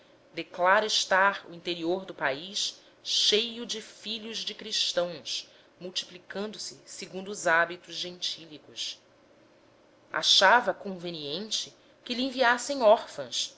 declara estar o interior do país cheio de filhos de cristãos multiplicando se segundo os hábitos gentílicos achava conveniente que lhe enviassem órfãs